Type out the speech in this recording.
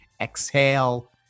exhale